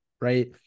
right